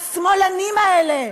השמאלנים האלה,